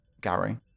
gary